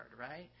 right